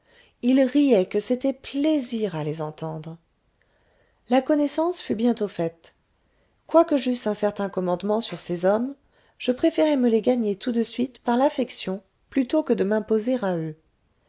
ils riaient que c'était plaisir à les entendre la connaissance fut bientôt faite quoique j'eusse un certain commandement sur ces hommes je préférai me les gagner tout de suite par l'affection plutôt que de m'imposer à eux